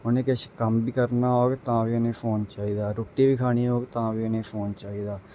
उ'नें किश कम्म बी करना होग तां बी उ'नेंगी फोन चाहिदा रुट्टी बी खानी होग तां बी उ'नेंगी फोन चाहिदा